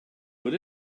put